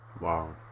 Wow